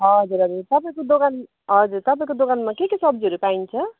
हजुर हजुर तपाईँको दोकान हजुर तपाईँको दोकानमा के के सब्जीहरू पाइन्छ